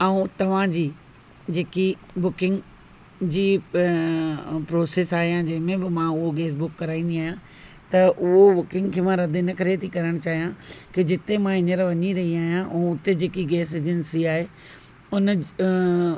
ऐं तव्हांजी जेकी बुकिंग जी प्रोसेस आहे जंहिं में बि मां उहो गैस बुक कराईंदी आहियां त उहो बुकिंग खे मां रद्द इनकरे थी करण चाहियां की जिते मां हींअर वञी रही आहियां ऐं उते जेकी गैस एजंसी आहे हुन